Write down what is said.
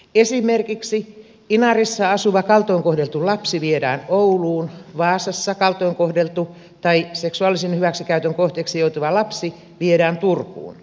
esimerkiksi inarissa asuva kaltoin kohdeltu lapsi viedään ouluun vaasassa kaltoin kohdeltu tai seksuaalisen hyväksikäytön kohteeksi joutunut lapsi viedään turkuun